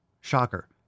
Shocker